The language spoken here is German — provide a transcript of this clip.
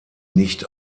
nicht